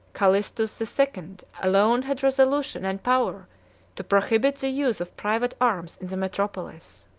calistus the second alone had resolution and power to prohibit the use of private arms in the metropolis.